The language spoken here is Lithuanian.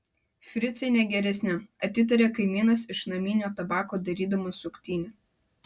fricai ne geresni atitaria kaimynas iš naminio tabako darydamas suktinę